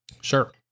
Sure